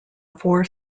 four